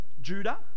Judah